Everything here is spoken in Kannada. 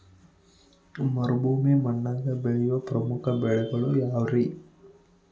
ಮರುಭೂಮಿ ಮಣ್ಣಾಗ ಬೆಳೆಯೋ ಪ್ರಮುಖ ಬೆಳೆಗಳು ಯಾವ್ರೇ?